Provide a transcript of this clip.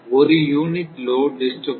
ஒரு unit load disturbance க்கு 0